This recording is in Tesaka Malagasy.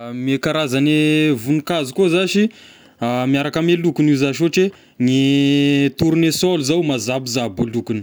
Ame karazagn' ny voninkazo koa zashy miaraka ame lokony io zashy, ohatry hoe ny tornesôly zao mazabozabo e lokony,